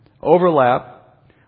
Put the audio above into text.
overlap